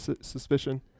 suspicion